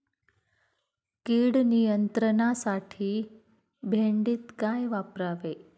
कीड नियंत्रणासाठी भेंडीत काय वापरावे?